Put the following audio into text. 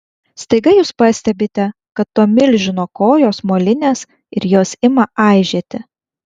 staiga jūs pastebite kad to milžino kojos molinės ir jos ima aižėti